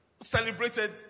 celebrated